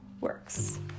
works